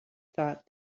thought